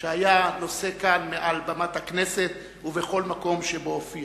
בדבריו שהיה נושא כאן מעל במת הכנסת ובכל מקום שבו הופיע,